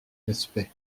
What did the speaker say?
respect